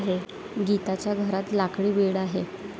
गीताच्या घरात लाकडी बेड आहे